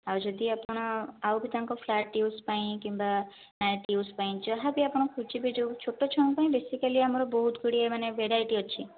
ଆଉ ଯଦି ଆପଣ ଆଉ ବି ତାଙ୍କ ଫ୍ଲାଟ ଇଉଜ ପାଇଁ କିମ୍ବା ଇଉଜ ପାଇଁ ଯାହା ବି ଆପଣ ଖୋଜିବେ ଯେଉଁ ଛୋଟ ଛୁଆଙ୍କ ପାଇଁ ଆମର ବେସିକାଲି ବହୁତ ଗୁଡ଼ିଏ ମାନେ ଭେରାଇଟି ଅଛି